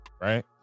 right